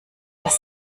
das